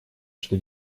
что